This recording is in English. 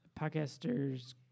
podcasters